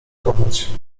kochać